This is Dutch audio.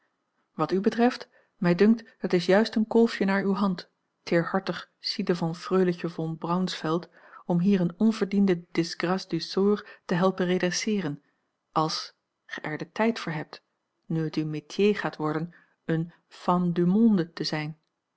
wat u betreft mij dunkt het is juist een kolfje naar uwe hand teerhartig ci devant freuletje von braunsfeld om hier eene onverdiende disgrâce du sort te helpen redresseeren als gij er den tijd voor hebt nu het uw métier gaat worden eene femme du monde te zijn